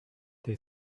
they